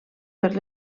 per